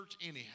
anyhow